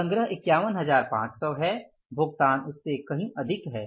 संग्रह 51500 है भुगतान उससे कहीं अधिक है